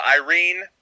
Irene